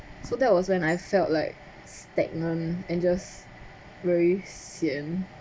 so that was when I felt like stagnant and just very sian